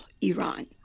Iran